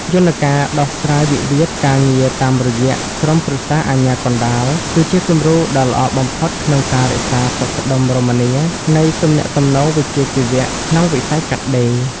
យន្តការដោះស្រាយវិវាទការងារតាមរយៈ "ក្រុមប្រឹក្សាអាជ្ញាកណ្ដាល" គឺជាគំរូដ៏ល្អបំផុតក្នុងការរក្សាសុខដុមរមនានៃទំនាក់ទំនងវិជ្ជាជីវៈក្នុងវិស័យកាត់ដេរ។